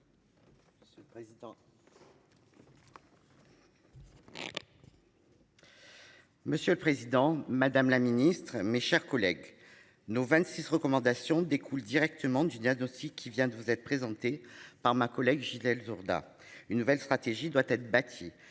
Monsieur le Président Madame la Ministre, mes chers collègues, nous 26 recommandations découle directement du diagnostic qui vient de vous être présenté par ma collègue Gilles elle Jourda une nouvelle stratégie doit être bâti